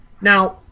Now